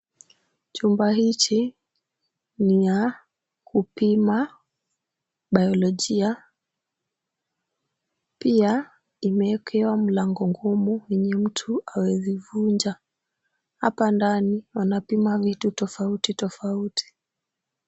Chumba hichi ni ya kupima biologia. Pia imewekewa mlango ngumu yenye mtu hawezi vunja. Hapa ndani, wanapima vitu tofauti tofauti.